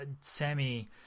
Sammy